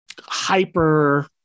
hyper